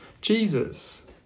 Jesus